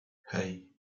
hey